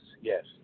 yes